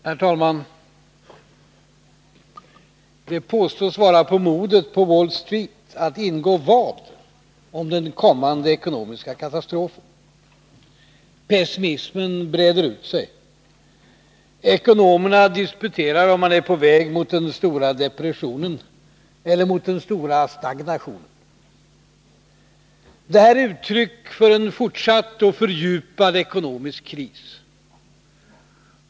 Herr talman! Det påstås vara på modet på Wall Street att ingå vad om den kommande ekonomiska katastrofen. Pessimismen breder ut sig. Ekonomerna diskuterar om man är på väg mot den stora depressionen eller mot den stora stagnationen. Detta är uttryck för en fortsatt och fördjupad ekonomisk kris.